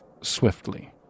swiftly